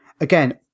again